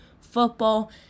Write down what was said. football